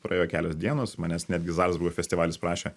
praėjo kelios dienos manęs netgi zalcburgo festivalis prašė